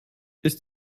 ist